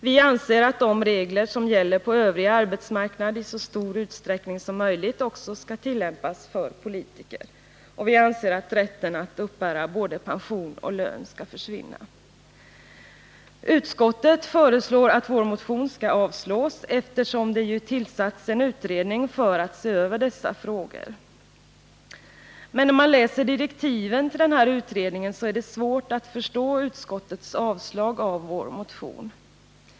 Vi anser att de regler som gäller på övrig arbetsmarknad i så stor utsträckning som möjligt också skall tillämpas för politiker. Vi anser att rätten att uppbära både pension och lön skall försvinna. Utskottet föreslår att vår motion skall avslås, eftersom det ju tillsatts en utredning för att se över dessa frågor. När man läser direktiven till denna | utredning är det svårt att förstå att utskottet avstyrker vår motion.